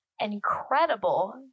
Incredible